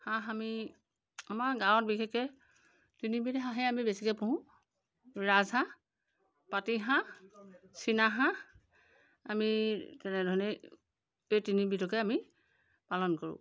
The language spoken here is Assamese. হাঁহ আমি আমাৰ গাঁৱত বিশেষকৈ তিনিবিধ হাঁহেই আমি বেছিকৈ পোহোঁ ৰাজ হাঁহ পাতি হাঁহ চিনা হাঁহ আমি তেনেধৰণেই এই তিনিবিধকে আমি পালন কৰোঁ